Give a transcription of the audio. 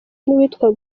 n’uwitwa